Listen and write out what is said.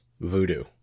voodoo